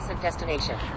destination